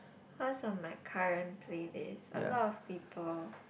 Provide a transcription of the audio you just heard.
cause on my current playlist a lot of people